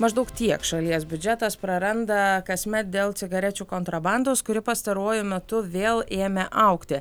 maždaug tiek šalies biudžetas praranda kasmet dėl cigarečių kontrabandos kuri pastaruoju metu vėl ėmė augti